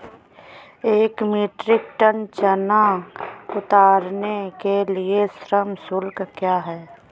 एक metric ton चना उतारने के लिए श्रम शुल्क क्या है?